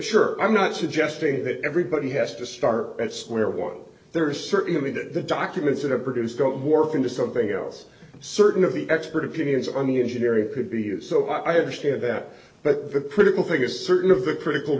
sure i'm not suggesting that everybody has to start at square one there is certainly the documents that are produced don't work into something else certain of the expert opinions on the engineering could be used so i understand that but the political thing is certain of the critical